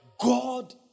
God